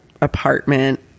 apartment